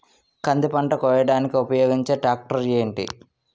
కంది పంట కోయడానికి ఉపయోగించే ట్రాక్టర్ ఏంటి?